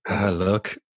Look